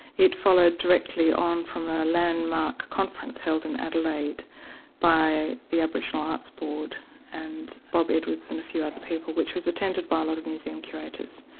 it followed directly on from a landmark conference held in adelaide by the aboriginal arts board and bob edwards and a few other people, which was attended by a lot of museum curators.